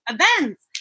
events